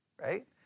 right